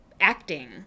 acting